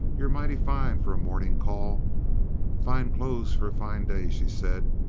you're mighty fine for a morning call fine clo's for a fine day she said,